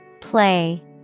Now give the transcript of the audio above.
Play